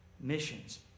missions